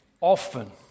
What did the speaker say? Often